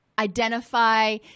identify